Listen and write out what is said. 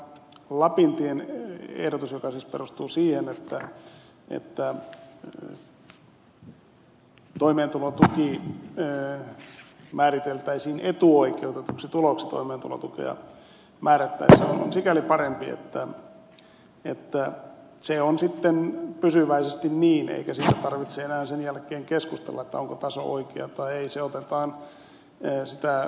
lapintien ehdotus joka siis perustuu siihen että lapsilisä määriteltäisiin etuoikeutetuksi tuloksi toimeentulotukea määrättäessä on sikäli parempi että se on sitten pysyväisesti niin eikä siitä tarvitse enää sen jälkeen keskustella onko taso oikea vai ei